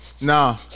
Nah